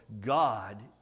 God